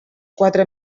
quatre